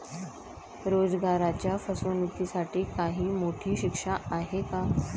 रोजगाराच्या फसवणुकीसाठी काही मोठी शिक्षा आहे का?